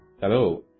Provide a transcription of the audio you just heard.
Hello